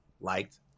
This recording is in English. liked